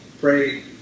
pray